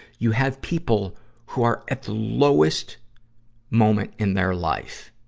you have people who are at the lowest moment in their life,